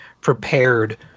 prepared